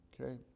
Okay